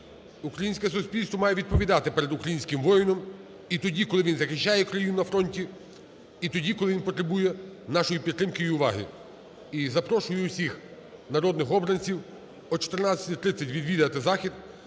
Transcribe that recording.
Українське суспільство має відповідати перед українським воїном і тоді, коли він захищає Україну на фронті, і тоді, коли він потребує нашої підтримки і уваги. І запрошую усіх народних обранців о 14:30 відвідати захід,